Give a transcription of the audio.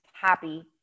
happy